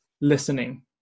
listening